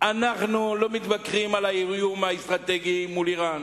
אנחנו לא מתווכחים על האיום האסטרטגי מול אירן,